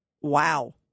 Wow